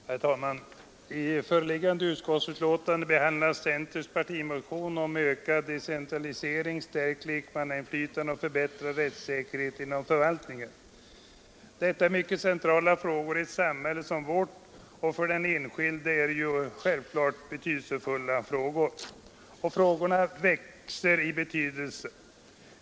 Herr talman! I föreliggande utskottsbetänkande behandlas centerns partimotion om ökad decentralisering, stärkt lekmannainflytande och förbättrad rättssäkerhet inom förvaltningen. Detta är centrala frågor i ett samhälle som vårt, och för den enskilde är de självfallet betydelsefulla. Och frågorna växer i betydelse.